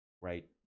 right